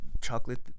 chocolate